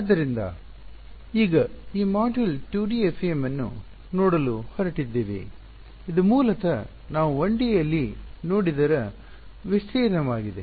ಆದ್ದರಿಂದ ಈಗ ಈ ಮಾಡ್ಯೂಲ್ 2ಡಿ FEM ಅನ್ನು ನೋಡಲು ಹೊರಟಿದ್ದೇವೆ ಇದು ಮೂಲತಃ ನಾವು 1ಡಿ ಯಲ್ಲಿ ನೋಡಿದರ ವಿಸ್ತರಣೆಯಾಗಿದೆ